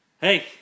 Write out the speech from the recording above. Hey